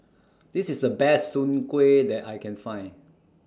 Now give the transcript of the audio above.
This IS The Best Soon Kuih that I Can Find